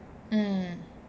mm